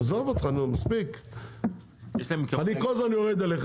יש להם עקרון להגיד